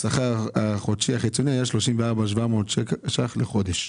השכר החודשי החיצוני היה 34,700 שקלים לחודש.